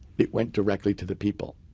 it went directly to the people.